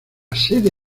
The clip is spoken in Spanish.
sede